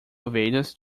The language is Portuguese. ovelhas